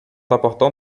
importants